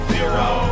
Zero